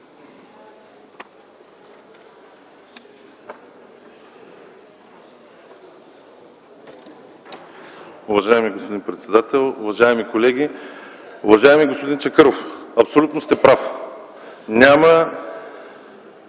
Уважаеми господин председател, уважаеми колеги! Уважаеми господин Чакъров, абсолютно сте прав – няма